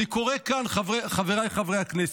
אני קורא כאן, חבריי חברי הכנסת: